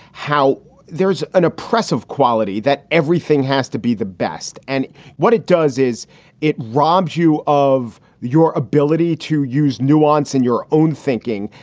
how there's an oppressive quality, that everything has to be the best. and what it does is it robs you of your your ability to use nuance in your own thinking.